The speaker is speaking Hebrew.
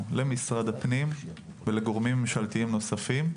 למשרד הפנים ולגורמים ממשלתיים נוספים.